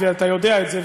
ואתה יודע את זה,